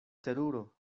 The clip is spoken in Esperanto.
teruro